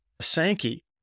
Sankey